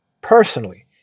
personally